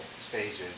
stages